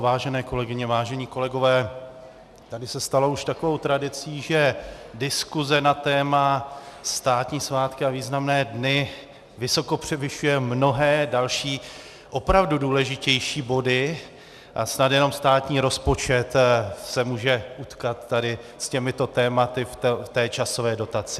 Vážené kolegyně, vážení kolegové, tady se stalo už takovou tradicí, že diskuse na téma státní svátky a významné dny vysoko převyšuje mnohé další, opravdu důležitější body a snad jenom státní rozpočet se může utkat s těmito tématy v té časové dotaci.